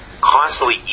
constantly